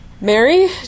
Mary